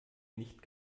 nicht